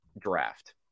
draft